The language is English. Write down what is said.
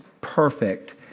perfect